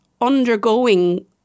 undergoing